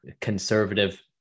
conservative